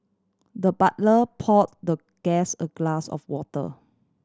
the butler poured the guest a glass of water